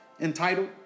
entitled